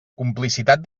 complicitat